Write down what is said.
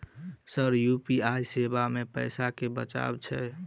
Sir UPI सेवा मे पैसा केँ बचाब छैय?